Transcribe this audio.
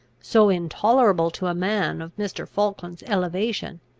so intolerable to a man of mr. falkland's elevation,